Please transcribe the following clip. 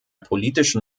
politischen